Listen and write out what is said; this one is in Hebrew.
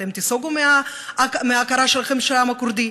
אתם תיסוגו מההכרה שלכם בעם הכורדי?